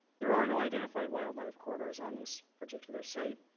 there are no identified wildlife corridors on this particular site.